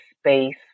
space